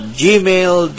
gmail